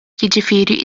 jiġifieri